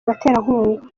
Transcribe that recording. abaterankunga